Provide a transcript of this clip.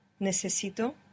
Necesito